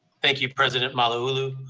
thank you president malauulu.